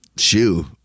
shoe